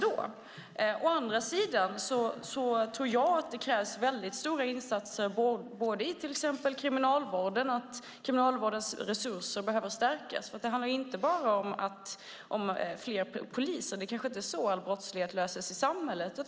Å andra sidan tror jag att det krävs stora insatser i till exempel kriminalvården, och resurserna behöver stärkas. Det handlar nämligen inte bara om fler poliser. Det kanske inte är på det sättet som all brottslighet i samhället löses.